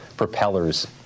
propellers